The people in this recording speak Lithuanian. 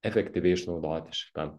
efektyviai išnaudoti šitą